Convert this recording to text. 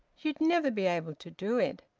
you'd never be able to do it.